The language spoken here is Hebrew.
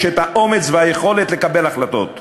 יש את האומץ והיכולת לקבל החלטות כאלה.